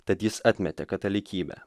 tad jis atmetė katalikybę